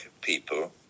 people